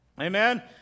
Amen